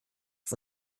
auf